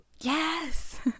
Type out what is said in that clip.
Yes